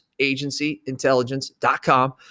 agencyintelligence.com